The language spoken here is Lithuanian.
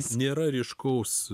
nėra ryškaus